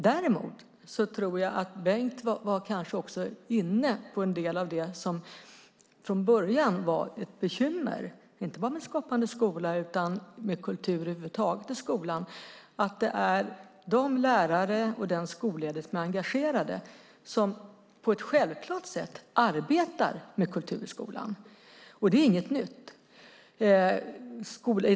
Däremot var Bengt också inne på en del av det som från början var ett bekymmer, inte bara med Skapande skola utan över huvud taget med kultur i skolan, nämligen att det är de lärare och den skolledning som är engagerade som på ett självklart sätt arbetar med kultur i skolan. Det är inget nytt.